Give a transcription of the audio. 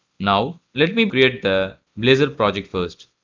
now let me create the blazor project first.